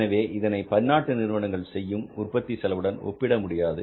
எனவே இதனை பன்னாட்டு நிறுவனங்கள் செய்யும் உற்பத்தி செலவுடன் ஒப்பிட முடியாது